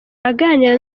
aganira